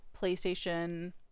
Playstation